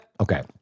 Okay